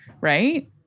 right